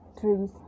trees